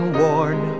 worn